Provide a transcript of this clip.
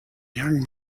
young